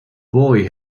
boy